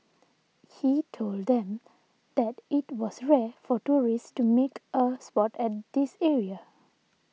he told them that it was rare for tourists to make a sport at this area